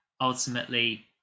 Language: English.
ultimately